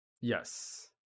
Yes